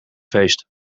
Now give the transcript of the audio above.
feest